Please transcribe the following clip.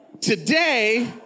today